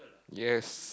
yes